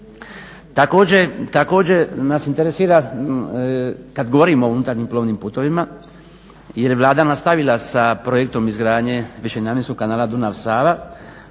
Također nas interesira kad govorimo o unutarnjim plovnim putovima je li Vlada nastavila sa projektom izgradnje višenamjenskog kanala Dunav-Sava